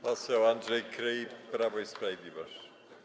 Poseł Andrzej Kryj, Prawo i Sprawiedliwość.